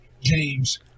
James